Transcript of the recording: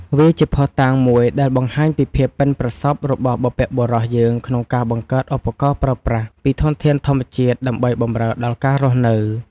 វាជាភស្តុតាងមួយដែលបង្ហាញពីភាពប៉ិនប្រសប់របស់បុព្វបុរសយើងក្នុងការបង្កើតឧបករណ៍ប្រើប្រាស់ពីធនធានធម្មជាតិដើម្បីបម្រើដល់ការរស់នៅ។